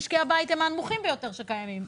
מחירי המים למשקי הבית הם מהנמוכים ביותר שקיימים.